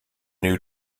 new